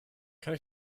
kann